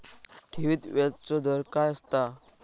ठेवीत व्याजचो दर काय असता?